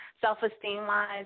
Self-esteem-wise